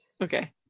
Okay